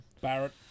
Barrett